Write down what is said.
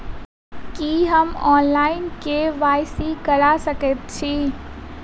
की हम online, KYC करा सकैत छी?